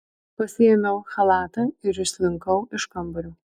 pasiėmiau chalatą ir išslinkau iš kambario